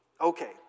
okay